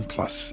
Plus